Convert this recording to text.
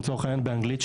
לצורך העניין באנגלית,